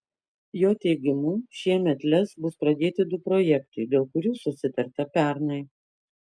jo teigimu šiemet lez bus pradėti du projektai dėl kurių susitarta pernai